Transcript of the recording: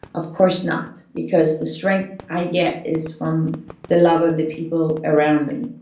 of course not, because the strength i get is from the love of the people around me,